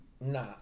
Nah